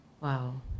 Wow